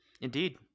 Indeed